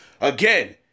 Again